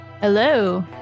Hello